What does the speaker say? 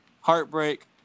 Heartbreak